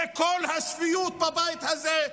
זה כל השפיות בבית הזה,